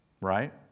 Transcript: right